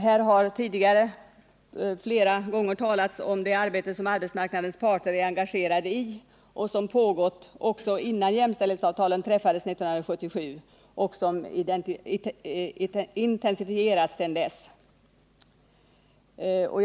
Här har tidigare flera gånger talats om det arbete som arbetsmarknadens parter är engagerade i. Det arbetet pågick redan innan jämställdhetsavtalen träffades 1977, och det har sedan dess intensifierats.